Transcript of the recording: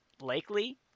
likely